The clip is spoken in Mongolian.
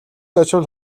очвол